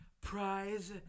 prize